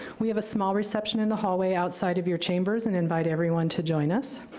we have a small reception in the hallway outside of your chambers and invite everyone to join us.